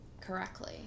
correctly